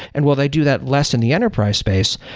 and while they do that less in the enterprise space,